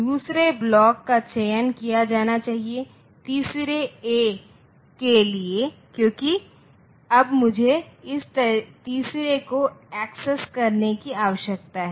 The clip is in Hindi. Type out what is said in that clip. दूसरे ब्लॉक का चयन किया जाना चाहिए तीसरे ए के लिए क्योंकि अब मुझे इस तीसरे को एक्सेस करने की आवश्यकता है